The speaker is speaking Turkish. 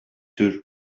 tür